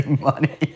money